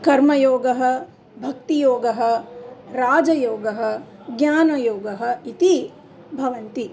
कर्मयोगः भक्तियोगः राजयोगः ज्ञानयोगः इति भवन्ति